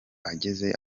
ageze